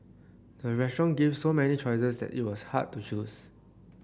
the restaurant gave so many choices that it was hard to choose